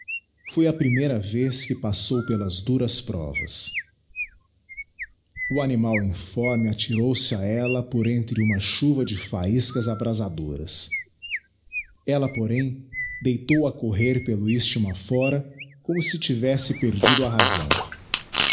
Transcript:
foi a primeira vez que passou pelas duras provas o animal informe atirou-se a ella por entre uma chuva de faiscas abrasadoras ella porém deitou a correr pelo isthmo a fora como se tivesse perdido a razão